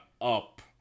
up